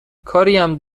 کاریم